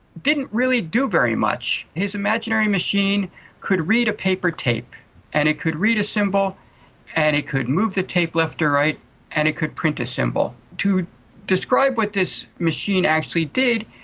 didn't really do very much. his imaginary machine could read a paper tape and it could read a symbol and it could move the tape left or right and it could print a symbol. to describe what this machine actually did,